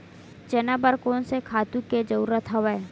चना बर कोन से खातु के जरूरत हवय?